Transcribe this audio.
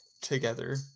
together